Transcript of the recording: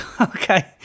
Okay